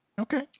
Okay